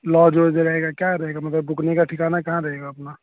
لاج واج رہے گا کیا رہے گا مطلب رکنے کا ٹھکانہ کہاں رہے گا اپنا